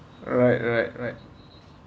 right right right